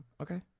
Okay